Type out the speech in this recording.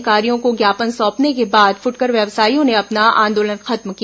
अधिकारियों को ज्ञापन सौंपने के बाद फ्टकर व्यापारियों ने अपना आंदोलन खत्म किया